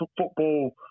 football